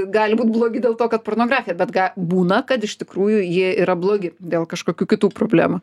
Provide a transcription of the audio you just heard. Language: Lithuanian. gali būt blogi dėl to kad pornografija bet ga būna kad iš tikrųjų jie yra blogi dėl kažkokių kitų problemų